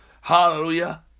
Hallelujah